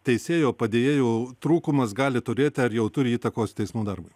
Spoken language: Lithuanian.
teisėjo padėjėjų trūkumas gali turėti ar jau turi įtakos teismų darbui